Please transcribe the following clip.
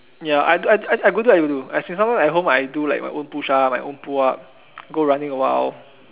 ya I I I I go do I go do sometimes at home I do my own push ups my own pull ups go running awhile